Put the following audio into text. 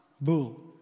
bull